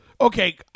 Okay